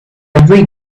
every